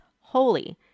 holy